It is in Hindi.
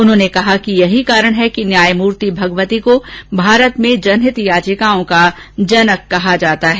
उन्होंने कहा कि यही कारण है कि न्यायमूर्ति भगवती को भारत में जनहित याचिकाओं का जनक कहा जाता है